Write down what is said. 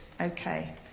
okay